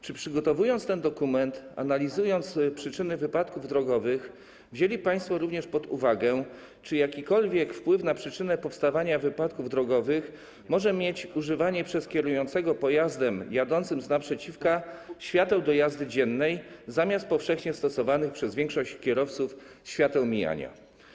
Czy przygotowując ten dokument, analizując przyczyny wypadków drogowych, wzięli państwo również pod uwagę, czy jakikolwiek wpływ na przyczynę powstawania wypadków drogowych może mieć używanie przez kierującego pojazdem jadącym z naprzeciwka świateł do jazdy dziennej zamiast powszechnie stosowanych przez większość kierowców świateł mijania?